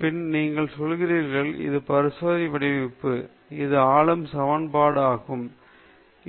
பின் நீங்கள் சொல்கிறீர்கள் இது என் பரிசோதனை வடிவமைப்பு இது ஆளும் சமன்பாடு ஆகும் இது நான் தீர்க்கும் பிரச்சனையாக இருக்கும்